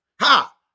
Ha